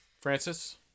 Francis